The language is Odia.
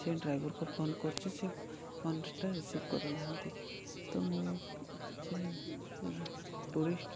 ସେ ଡ୍ରାଇଭରକୁ ଫୋନ୍ କରୁଛି ସେ ଫୋନ୍ଟା ରିସିଭ୍ କରୁନାହାନ୍ତି ତ ମୁଁ ସେ ଟୁରିଷ୍ଟ